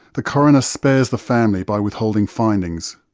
the coroner spares the family by withholding findings.